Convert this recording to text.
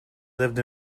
lived